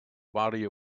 body